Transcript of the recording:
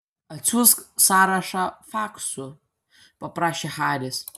atsiųsk sąrašą faksu paprašė haris